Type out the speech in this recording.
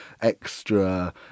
extra